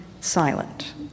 silent